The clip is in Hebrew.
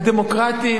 הדמוקרטיים,